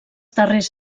darrers